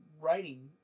writing